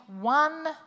one